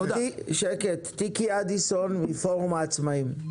תיקי אדיסון מפורום העצמאים.